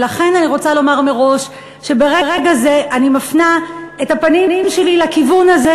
ולכן אני רוצה לומר מראש שברגע זה אני מפנה את הפנים שלי לכיוון הזה,